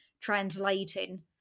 translating